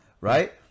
right